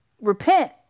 repent